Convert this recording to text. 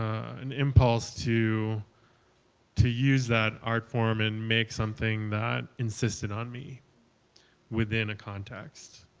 an impulse to to use that art form and make something that insisted on me within a context.